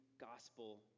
gospel